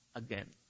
again